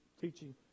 teaching